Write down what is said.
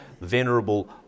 venerable